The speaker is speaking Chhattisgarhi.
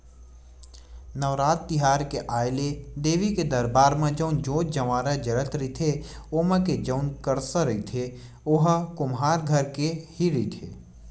नवरात तिहार के आय ले देवी के दरबार म जउन जोंत जंवारा जलत रहिथे ओमा के जउन करसा रहिथे ओहा कुम्हार घर के ही रहिथे